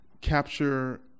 capture